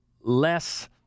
less